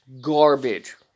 Garbage